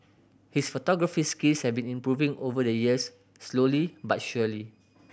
his photography skills have been improving over the years slowly but surely